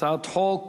הצעת חוק